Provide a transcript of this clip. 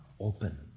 open